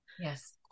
yes